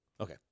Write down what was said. Okay